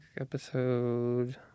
episode